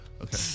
Okay